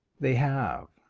they have.